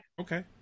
Okay